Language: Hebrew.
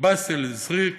באסל זרייק.